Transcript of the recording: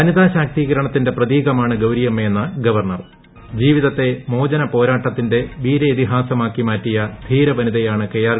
വനിതാ ശാക്തീകരണത്തിന്റെ പ്രതീകമാണ് ഗൌരിയമ്മയെന്ന് ഗവർണ്ണർ ജീവിതത്തെ മോചന പോരാട്ടത്തിന്റെ വീരേതിഹാസമാക്കി മാറ്റിയ ധീരവനിതയാണ് കെ ്ആർ